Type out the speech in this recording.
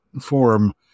form